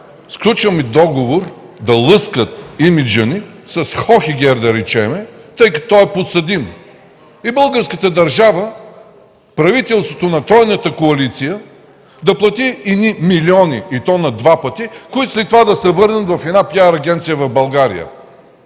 сключваме договор да лъскат имиджа ни с Хохегер, да речем, тъй като той е подсъдим и българската държава, правителството на тройната коалиция да плати едни милиони – и то на два пъти, които след това да се върнат в една PR агенция в България.